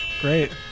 great